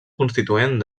constituent